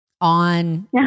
on